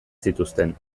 zituzten